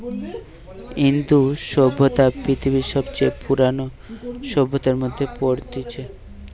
ইন্দু সভ্যতা পৃথিবীর সবচে পুরোনো সভ্যতার মধ্যে পড়তিছে